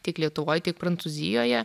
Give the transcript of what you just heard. tiek lietuvoj tiek prancūzijoje